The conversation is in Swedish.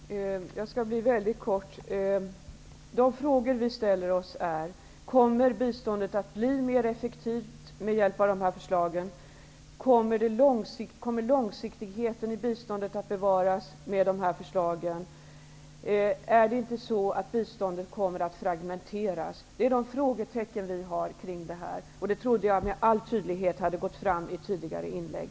Herr talman! Jag skall fatta mig väldigt kort. De frågor vi ställer oss är följande: Kommer biståndet att bli effektivare med hjälp av de här förslagen? Kommer långsiktigheten i biståndet att bevaras genom de här förslagen? Är det inte så att biståndet fragmenteras? Det här är de frågor som vi har i detta sammanhang. Jag trodde att de med all tydlighet hade framgått i tidigare inlägg.